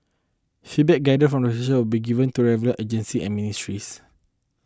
feedback gathered from the session be given to the relevant agency and ministries